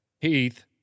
Heath